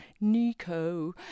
Nico